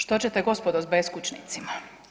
Što ćete gospodo s beskućnicima?